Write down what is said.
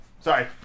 sorry